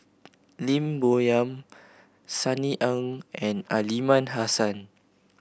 Lim Bo Yam Sunny Ang and Aliman Hassan